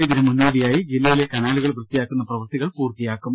ഇതിന് മുന്നോടിയായി ജില്ലയിലെ കനാലുകൾ വൃത്തിയാക്കുന്ന പ്രവർത്തികൾ പൂർത്തിയാക്കും